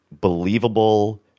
believable –